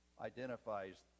identifies